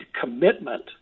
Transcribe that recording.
commitment